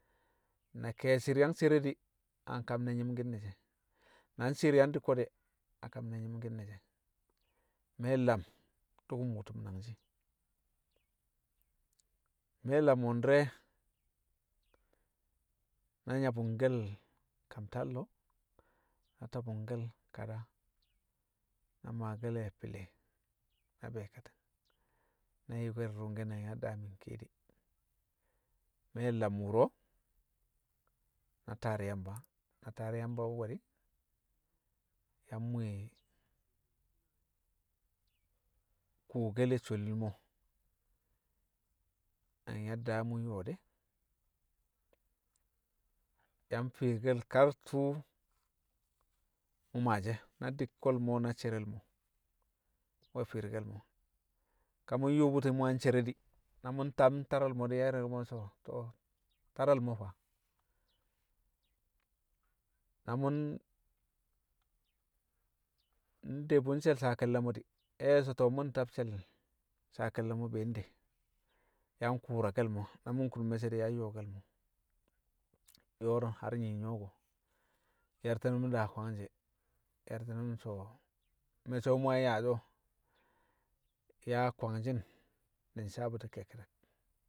Na ke̱e̱shi̱ shi̱i̱r yang cere di̱, a kam ne̱ nyi̱mki̱n ne̱ she̱, na shi̱i̱r yang di̱kko̱ di̱, a nkam nẹ nyi̱mki̱n ne she̱, me̱ lam dṵkṵm wṵtṵb nangshi̱. Me̱ lam wu̱ndi̱re̱ na nyabu̱ngkẹl kam tallo̱, na to̱bṵngke̱l kada, na maake̱le̱ fi̱lẹ na be̱e̱kati̱ng, na yi̱kke̱l ru̱ngke̱ nang yadda mi̱ nkiye de̱. Me̱ lam wṵro̱ na taar Yamba, na taar Yamba nwe̱ di̱, yang mwi̱i̱ kuwokel sholil mo̱ nang yadda mu̱ nyo̱o̱ de̱. Yang fi̱i̱rke̱l kar tṵṵ kṵ maashi̱ e̱ na di̱kko̱l mo̱ na cerel mo̱ we̱ fi̱i̱rke̱l mo̱, ka mṵ nyu̱u̱ bṵti̱ mṵ yang cere di̱, na mṵ ntab taral mo̱ yang ye̱rke̱l mo̱ so̱ to̱ taral mo̱ fa? Na mu̱ nde bṵ nshe̱l saa ke̱lle̱ mo̱ di̱ yang so̱ to̱ mṵ ntab she̱l saa ke̱lle̱ mo̱ be̱e̱ nde. Yang kṵṵrake̱l mo̱ na mu̱ nkun me̱cce̱ di̱ yang yo̱o̱ke̱l mo̱, yo̱o̱ no̱ har nyii nyo̱o̱ko̱ ye̱rti̱ nṵm daa kwangshe̱, ye̱ri̱ti̱ nṵm so̱ me̱cce̱ mṵ yang yaashi̱ o̱ yaa kwangshi̱n, di̱ nsawe̱ bṵti̱ ke̱kke̱de̱k